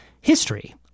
History